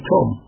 Tom